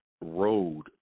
road